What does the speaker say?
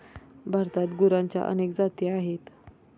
भारतात गुरांच्या अनेक जाती आहेत